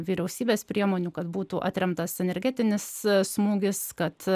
vyriausybės priemonių kad būtų atremtas energetinis smūgis kad